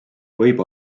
võib